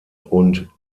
und